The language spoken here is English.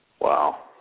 Wow